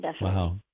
Wow